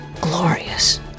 Glorious